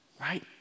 right